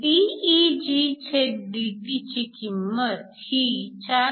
dEgdT ची किंमत ही 4